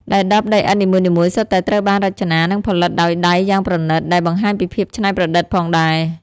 ដែលដបដីឥដ្ឋនីមួយៗសុទ្ធតែត្រូវបានរចនា និងផលិតដោយដៃយ៉ាងប្រណិត ដែលបង្ហាញពីភាពច្នៃប្រឌិតផងដែរ។